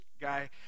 guy